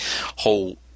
whole